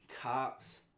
cops